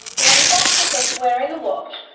we had an octopus wearing a watch,